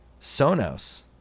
Sonos